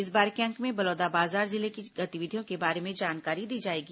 इस बार के अंक में बलौदाबाजार जिले की गतिविधियों के बारे में जानकारी दी जाएगी